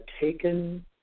taken